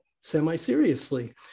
semi-seriously